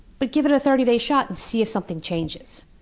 but give it a thirty day shot and see if something changes.